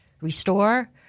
restore